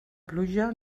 pluja